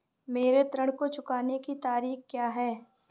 मेरे ऋण को चुकाने की तारीख़ क्या है?